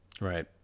Right